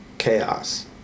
chaos